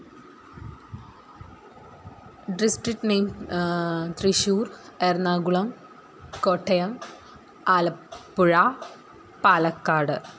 district മീന് തൃശൂര് എറണാകുളം കോട്ടയം ആലപ്പുഴ പാലക്കാട്